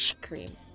cream